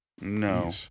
No